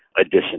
addition